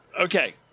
Okay